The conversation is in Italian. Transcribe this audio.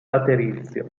laterizio